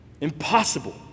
Impossible